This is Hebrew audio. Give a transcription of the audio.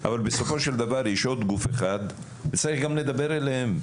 אבל בסופו של דבר יש עוד גוף אחד וצריך גם לדבר אליהם,